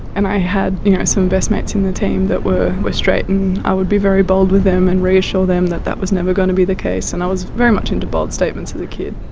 and i had you know some best mates in the team that were were straight. and i would be very bold with them and reassure them that that was never going to be the case, and i was very much into bold statements as a kid.